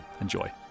Enjoy